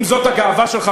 אם זאת הגאווה שלך,